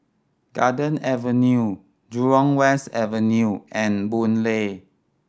Garden Avenue Jurong West Avenue and Boon Lay